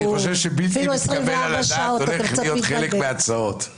-- אני חושב שבלתי מתקבל על הדעת הולך להיות חלק מההצעות.